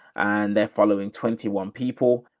and they're following twenty one people.